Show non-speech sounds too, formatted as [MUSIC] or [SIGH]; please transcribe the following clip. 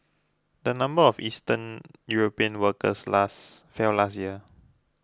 the number of Eastern European workers [UNINTELLIGIBLE] fell last year